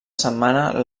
setmana